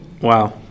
Wow